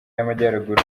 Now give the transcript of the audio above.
y’amajyaruguru